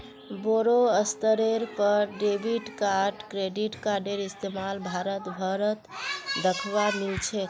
बोरो स्तरेर पर डेबिट आर क्रेडिट कार्डेर इस्तमाल भारत भर त दखवा मिल छेक